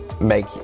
make